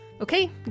Okay